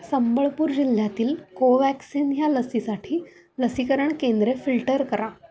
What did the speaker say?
संबळपूर जिल्ह्यातील कोव्हॅक्सिन ह्या लसीसाठी लसीकरण केंद्रे फिल्टर करा